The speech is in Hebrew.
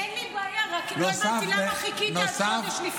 אין לי בעיה, רק לא הבנתי למה חיכית עד חודש לפני?